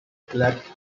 collect